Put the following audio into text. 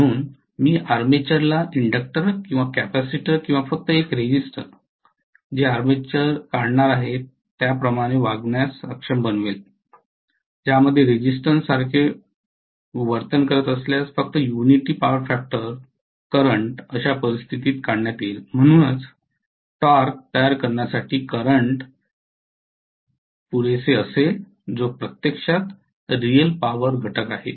म्हणून मी आर्मेचर ला इन्डक्टर किंवा कॅपेसिटर किंवा फक्त एक रेझीस्टर जे आर्मेचर काढणार आहे त्याप्रमाणे वागण्यास सक्षम बनवेल ज्यामध्ये रेझिस्टनसारखे वर्तन करत असल्यास फक्त युनिटी पॉवर फॅक्टर करंट अशा परिस्थितीत काढण्यात येईलम्हणूनच टॉर्क तयार करण्यासाठी करंट पुरेसे असेल जो प्रत्यक्षात रीयल पॉवर घटक आहे